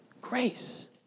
Grace